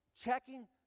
checking